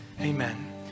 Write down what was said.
amen